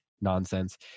nonsense